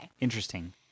interesting